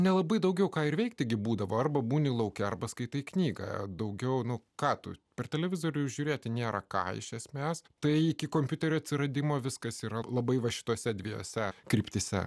nelabai daugiau ką ir veikti būdavo arba būni lauke arba skaitai knygą daugiau nu ką tu per televizorių žiūrėti nėra ką iš esmės tai iki kompiuterių atsiradimo viskas yra labai va šitose dviejose kryptyse